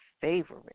favorite